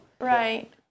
Right